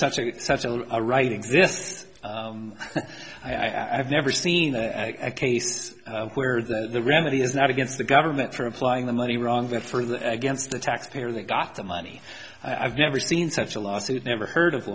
such a such a right exists i've never seen a case where the remedy is not against the government for applying the money wrong for the against the taxpayer that got the money i've never seen such a lawsuit never heard of